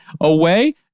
away